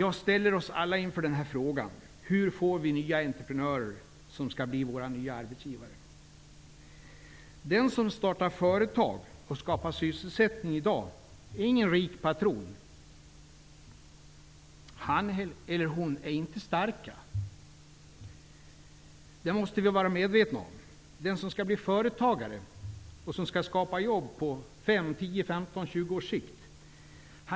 Jag ställer oss alla inför frågan: Hur får vi nya entreprenörer som skall bli nya arbetsgivare? Den som i dag startar företag och skapar sysselsättning är ingen rik patron. Han eller hon är inte stark. Detta måste vi vara medvetna om. Den som skall bli företagare och som skall skapa jobb på fem, tio eller femtio års sikt,